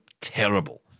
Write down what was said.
terrible